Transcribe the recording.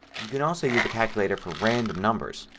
you can also use the calculator for random numbers.